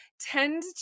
tend